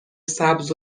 سبز